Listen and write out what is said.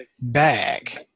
bag